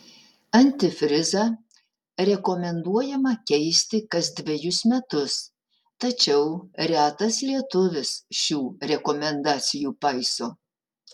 antifrizą rekomenduojama keisti kas dvejus metus tačiau retas lietuvis šių rekomendacijų paiso